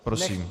Prosím.